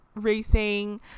racing